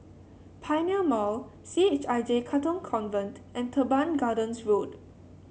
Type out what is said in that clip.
Pioneer Mall C H I J Katong Convent and Teban Gardens Road